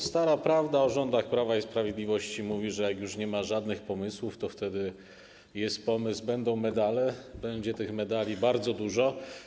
Stara prawda o rządach Prawa i Sprawiedliwości pokazuje, że jak już nie ma żadnych pomysłów, to wtedy pojawia się pomysł, że będą medale, będzie tych medali bardzo dużo.